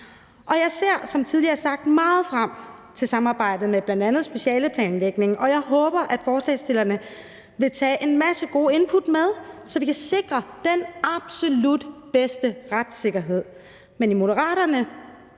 Jeg ser som tidligere sagt meget frem til samarbejdet om bl.a. specialeplanlægningen, og jeg håber, at forslagsstillerne vil tage en masse gode input med, så vi kan sikre den absolut bedste retssikkerhed. I Moderaterne